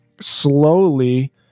slowly